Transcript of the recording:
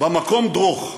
במקום דְרוך.